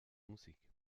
musik